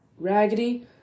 raggedy